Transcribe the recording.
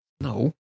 No